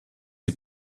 die